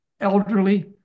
elderly